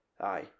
aye